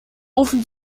ofen